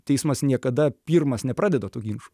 teismas niekada pirmas nepradeda tų ginčų